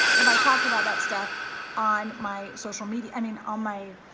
if i talked about that stuff on my social media, i mean, on my,